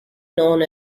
known